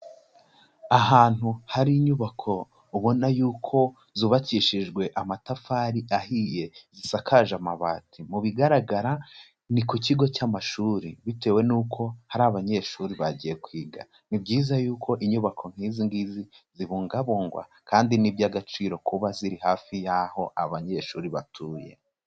Ahantu hari inyubako ubona yuko zubakishijwe amatafari ahiye, zisakaje amabati, mu bigaragara ni ku kigo cy'amashuri bitewe n'uko hari abanyeshuri bagiye kwiga, ni byiza yuko inyubako nk'izi ngizi zibungabungwa kandi ni iby'agaciro kuba ziri hafi y'aho abanyeshuri batuye.